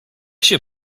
się